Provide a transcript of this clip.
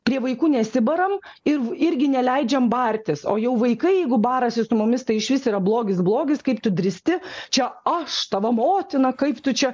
prie vaikų nesibaram ir irgi neleidžiam bartis o jau vaikai jeigu barasi su mumis tai išvis yra blogis blogis kaip tu drįsti čia aš tavo motina kaip tu čia